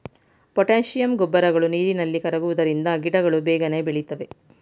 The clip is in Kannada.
ಪೊಟ್ಯಾಶಿಯಂ ಗೊಬ್ಬರಗಳು ನೀರಿನಲ್ಲಿ ಕರಗುವುದರಿಂದ ಗಿಡಗಳು ಬೇಗನೆ ಬೆಳಿತವೆ